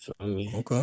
Okay